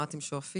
מה אתם שואפים,